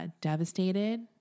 devastated